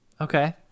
Okay